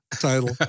title